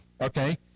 okay